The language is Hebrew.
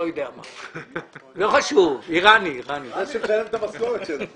שיצדיק את המשכורת שלו.